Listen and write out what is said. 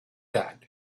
that